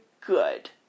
good